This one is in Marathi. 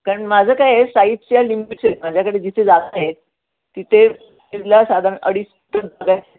कारण माझं काय आहे साईजच्या लिमिटस माझ्याकडे जिथे जात आहेत तिथे साधारण अडीच टन